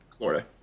Florida